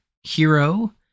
hero